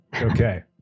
Okay